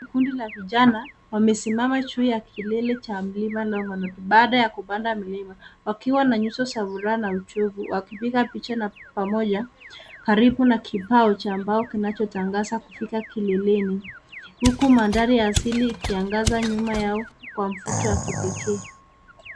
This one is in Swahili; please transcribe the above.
Kundi la vijana wamesimama juu ya kilele cha mlima Longonot, baada ya kupanda mlima wakiwa na nyuso za furaha na uchovu wakipiga picha pamoja karibu na kibao cha mbao kilichotangaza kufika kileleni huku mandhari ya asili ikiangaza nyuma yao kwa mvuto wa kipekee.